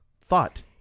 thought